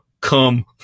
come